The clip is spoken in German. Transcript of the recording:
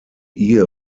ihr